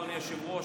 אדוני היושב-ראש,